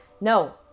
no